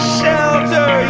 shelter